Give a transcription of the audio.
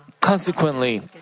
Consequently